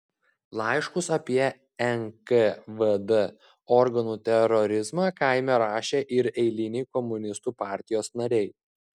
laiškus apie nkvd organų terorizmą kaime rašė ir eiliniai komunistų partijos nariai